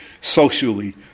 socially